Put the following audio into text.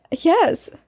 Yes